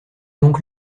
donc